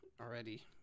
already